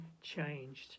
changed